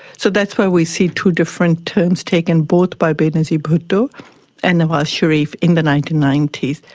so that's where we see two different terms taken both by benazir bhutto and nawaz sharif in the nineteen ninety s,